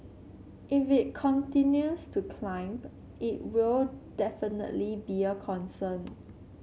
if it continues to climb it will definitely be a concern